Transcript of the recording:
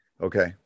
okay